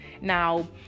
now